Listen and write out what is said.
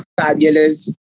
fabulous